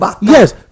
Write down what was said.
yes